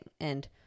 and-